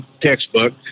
textbook